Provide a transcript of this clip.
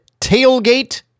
tailgate